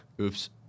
Oops